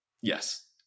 Yes